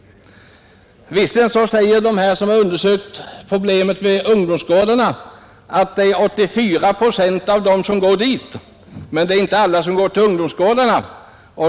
Visserligen säger de som undersökt problemet vid ungdomsgårdarna att 84 procent av dem som går dit dricker mellanöl, men alla ungdomar går inte till ungdomsgårdarna.